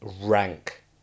rank